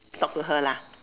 talk to her lah